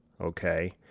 okay